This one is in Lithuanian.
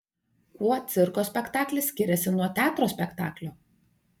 kuo cirko spektaklis skiriasi nuo teatro spektaklio